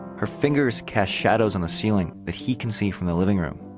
her fingers cast shadows on the ceiling that he can see from the living room.